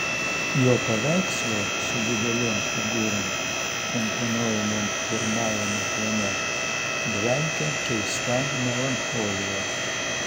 jo paveikslai su didelėm figūrom komponuojamom pirmajame plane dvelkia keista melancholija